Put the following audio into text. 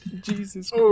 Jesus